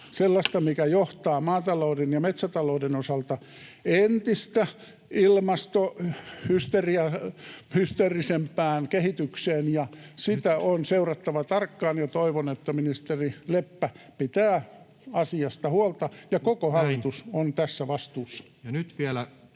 sellaista, mikä johtaa maatalouden ja metsätalouden osalta entistä ilmastohysteerisempään kehitykseen, ja sitä on seurattava tarkkaan, ja toivon, että ministeri Leppä pitää asiasta huolta. Koko hallitus on tässä vastuussa.